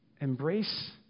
embrace